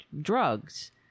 drugs